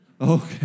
Okay